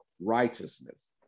righteousness